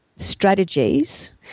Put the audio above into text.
Strategies